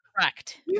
Correct